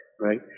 Right